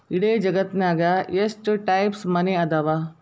ಇಡೇ ಜಗತ್ತ್ನ್ಯಾಗ ಎಷ್ಟ್ ಟೈಪ್ಸ್ ಮನಿ ಅದಾವ